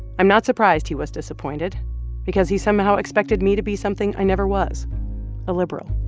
i'm not surprised he was disappointed because he somehow expected me to be something i never was a liberal.